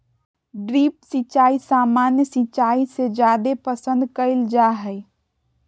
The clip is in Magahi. ड्रिप सिंचाई सामान्य सिंचाई से जादे पसंद कईल जा हई